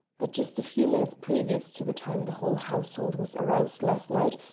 that just a few minutes previous to the time the whole household was aroused last night,